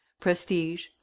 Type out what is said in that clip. prestige